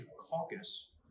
Caucus